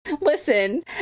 Listen